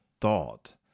thought